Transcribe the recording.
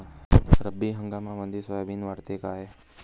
रब्बी हंगामामंदी सोयाबीन वाढते काय?